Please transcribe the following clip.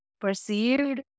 perceived